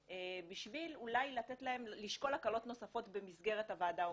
בשביל אולי לשקול הקלות נוספות במסגרת הוועדה ההומניטרית.